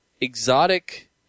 Exotic